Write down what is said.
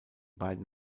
beiden